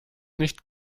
nicht